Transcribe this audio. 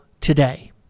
today